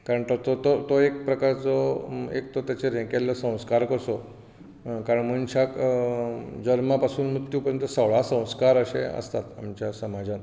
कारण ताचो तो तो एक प्रकारचो एक तो तेचेर हें केल्लो संस्कार कसो कारण मनशाक जल्मा पासून मुक्ती पर्यंत सोळा संस्कार अशें आसतात आमच्या समाजांत